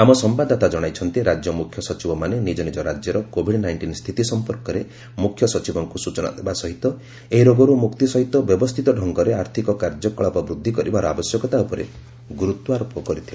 ଆମ ସମ୍ଭାଦଦାତା ଜଣାଇଛନ୍ତି ରାଜ୍ୟ ମୁଖ୍ୟ ସଚିବମାନେ ନିଜ ନିଜ ରାଜ୍ୟର କୋଭିଡ୍ ନାଇଷ୍ଟିନ୍ ସ୍ଥିତି ସମ୍ପର୍କରେ ମୁଖ୍ୟ ସଚିବଙ୍କୁ ସୂଚନା ଦେବା ସହିତ ଏହି ରୋଗରୁ ମୁକ୍ତି ସହିତ ବ୍ୟବସ୍ଥିତ ଢଙ୍ଗରେ ଆର୍ଥିକ କାର୍ଯ୍ୟକଳାପ ବୁଦ୍ଧି କରିବାର ଆବଶ୍ୟକତା ଉପରେ ଗ୍ୱରତ୍ୱାରୋପ କରିଥିଲେ